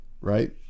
right